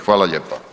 Hvala lijepa.